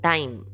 Time